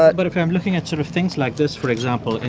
but. but if i'm looking at sort of things like this, for example,